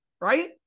right